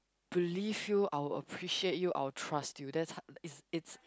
believe you I will appreciate you I will trust you that's h~ it's it's